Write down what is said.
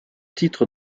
titre